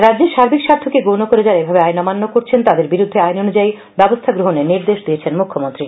রাজ্যের সার্বিক স্বার্থকে গৌন করে যারা এভাবে আইন অমান্য করছে তাদের বিরুদ্ধে আইন অনুযায়ী ব্যবস্থা গ্রহনের নির্দেশ দিয়েছেন মুখ্যমন্ত্রী